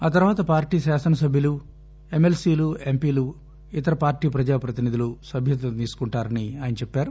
ఆ తర్వాత పార్టీ శాసనసభ్యులు ఎంఎల్సిలు ఎంపిలు ఇతర పార్టీ పజాపతినిధులు సభ్యత్వం తీసుకుంటారని ఆయన చెప్పారు